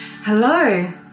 Hello